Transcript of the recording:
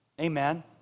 Amen